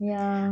yeah